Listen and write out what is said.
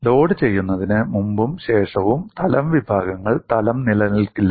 load ചെയ്യുന്നതിന് മുമ്പും ശേഷവും തലം വിഭാഗങ്ങൾ തലം നിലനിൽക്കില്ല